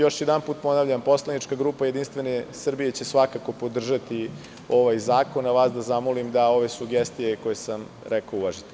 Još jednom ponavljam, poslanika grupa JS će svakako podržati ovaj zakon, a vas bih zamolio da ove sugestije koje sam rekao uvažite.